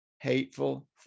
hateful